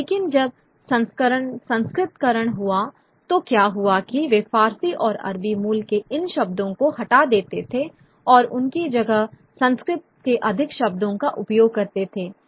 लेकिन जब संस्कृतकरण हुआ तो क्या हुआ कि वे फारसी और अरबी मूल के इन शब्दों को हटा देते थे और उनकी जगह संस्कृत के अधिक शब्दों का उपयोग करते थे